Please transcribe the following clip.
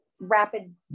rapid